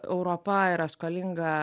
europa yra skolinga